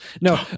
no